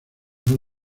gran